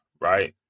right